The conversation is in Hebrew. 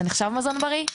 אז זה נחשב מזון בריא?